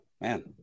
Man